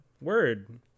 Word